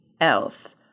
else